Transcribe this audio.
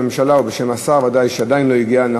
הממשלה ובשם השר שעדיין לא הגיע.